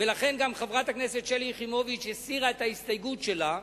ולכן גם חברת הכנסת שלי יחימוביץ הסירה את ההסתייגות שלה,